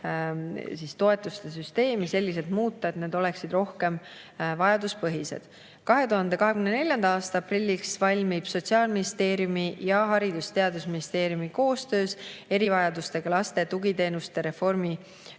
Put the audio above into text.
muuta toetuste süsteemi selliselt, et toetused oleksid rohkem vajaduspõhised. 2024. aasta aprilliks valmib Sotsiaalministeeriumi ning Haridus‑ ja Teadusministeeriumi koostöös erivajadustega laste tugiteenuste reformi